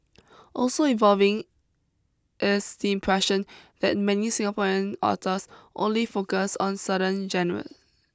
also evolving is the impression that many Singapore and authors only focus on certain genres